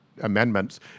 amendments